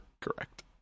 correct